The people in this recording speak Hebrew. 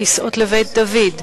כסאות לבית דוד",